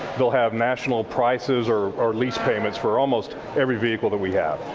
they'll have national prices or or lease payments for almost every vehicle that we have.